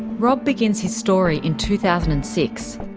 rob begins his story in two thousand and six.